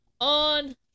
on